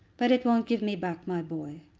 but it won't give me back my boy.